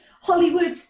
Hollywood